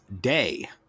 Day